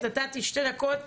נתתי שתי דקות.